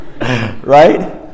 right